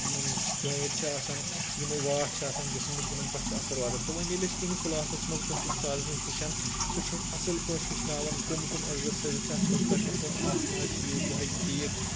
یِم جویِنٛٹ چھِ آسان یِمہٕ واٹھ چھِ آسان جِسمٕکۍ یِمَن پٮ۪ٹھ چھِ اَثر واتان تہٕ وۄںۍ ییٚلہِ أسۍ کُنہِ کٕلاسَس منٛز کٲنٛسِہ اُستادَس نِش ہیٚچھان سُہ چھِ اَسہِ اَصٕل پٲٹھۍ ہیٚچھناوان کم کم اٮ۪کزَرسایزٕ چھِ اَتھ منٛز کَرنہِ کم آسناس چھِ یوگاہٕکۍ ٹھیٖکھ